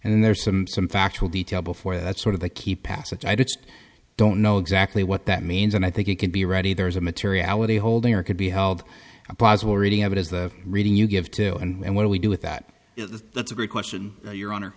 and there's some some factual detail before that's sort of a key passage i just don't know exactly what that means and i think it could be ready there's a materiality holding or could be held a possible reading of it as the reading you give to and what do we do with that that's a great question your honor